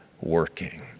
working